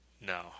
No